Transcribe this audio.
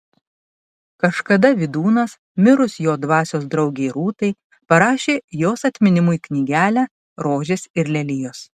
kažkada vydūnas mirus jo dvasios draugei rūtai parašė jos atminimui knygelę rožės ir lelijos